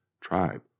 tribe